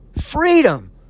Freedom